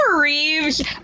Reeve's